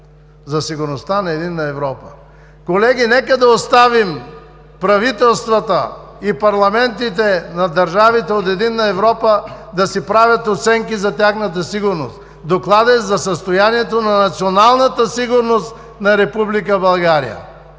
за сигурността на единна Европа. Колеги, нека да оставим правителствата и парламентите на държавите от единна Европа да си правят оценки за тяхната сигурност. Докладът е за състоянието на националната сигурност на